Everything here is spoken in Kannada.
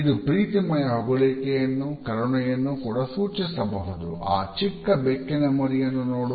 ಇದು ಪ್ರೀತಿಮಯ ಹೊಗಳಿಕೆಯನ್ನು ಕರುಣೆಯನ್ನು ಕೂಡ ಸೂಚಿಸಬಹುದು ಆ ಚಿಕ್ಕ ಬೆಕ್ಕಿನ ಮರಿಯನ್ನು ನೋಡು